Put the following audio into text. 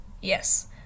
Yes